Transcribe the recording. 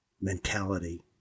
mentality